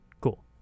Cool